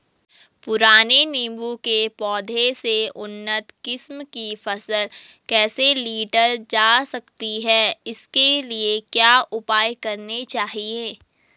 पुराने नीबूं के पौधें से उन्नत किस्म की फसल कैसे लीटर जा सकती है इसके लिए क्या उपाय करने चाहिए?